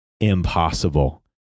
Impossible